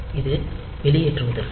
இது வெளியேற்றுவதற்கு